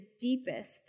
deepest